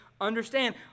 understand